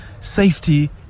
safety